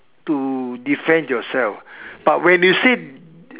to defend yourself but when you say